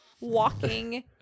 Walking